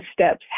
steps